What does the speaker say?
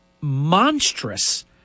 monstrous